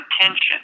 intention